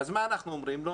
מה אנחנו עונים לו.